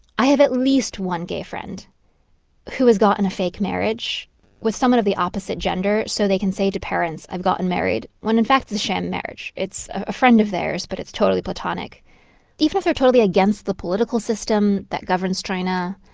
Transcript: i have at least one gay friend who has gotten a fake marriage with someone of the opposite gender so they can say to parents, i've gotten married, when, in fact, it's a sham marriage. it's a friend of theirs, but it's totally platonic even if they're totally against the political system that governs china,